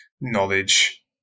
knowledge